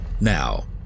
Now